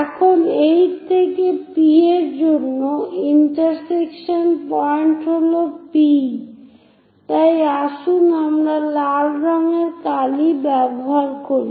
এখন 8 থেকে P এর জন্য ইন্টারসেকশন পয়েন্ট হল P তাই আসুন আমরা লাল রঙের কালি ব্যবহার করি